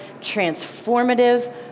transformative